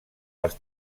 les